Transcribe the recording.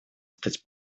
стать